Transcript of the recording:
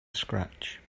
scratch